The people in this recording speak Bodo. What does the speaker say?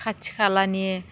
खाथि खालानि